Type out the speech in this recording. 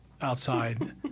outside